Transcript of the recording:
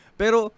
pero